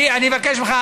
אני אבקש ממך.